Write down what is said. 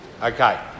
Okay